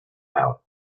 out